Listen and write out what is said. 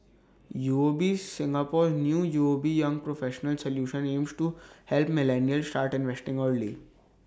U O B Singapore's new U O B young professionals solution aims to help millennials start investing early